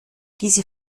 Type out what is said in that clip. diese